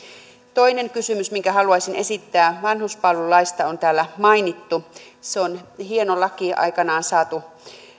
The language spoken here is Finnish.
toinen kysymys minkä haluaisin esittää vanhuspalvelulaista on täällä mainittu ja se on hieno aikoinaan